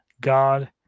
God